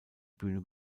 bühne